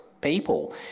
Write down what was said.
people